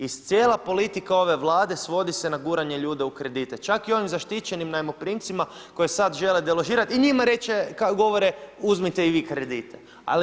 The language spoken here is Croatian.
I cijela politika ove Vlade svodi se na guranje ljudi u kredite, čak i onim zaštićenim najmoprimcima koje sad žele deložirati i njima reći, govore uzmite i vi kredite.